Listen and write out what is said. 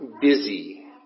busy